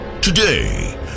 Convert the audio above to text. Today